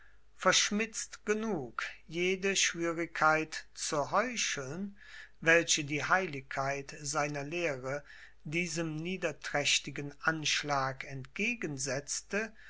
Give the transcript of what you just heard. verschmitzt genug jede schwürigkeit zu heucheln welche die heiligkeit seiner lehre diesem niederträchtigen anschlag